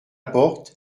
porte